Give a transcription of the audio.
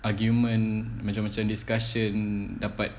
argument macam-macam discussion dapat